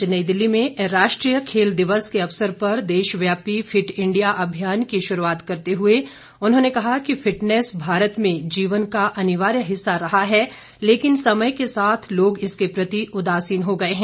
आज नई दिल्ली में राष्ट्रीय खेल दिवस के अवसर पर देशव्यापी फिट इंडिया अभियान की शुरूआत करते हुए उन्होंने कहा कि फिटनेस भारत में जीवन का अनिवार्य हिस्सा रहा है लेकिन समय के साथ लोग इसके प्रति उदासीन हो गये हैं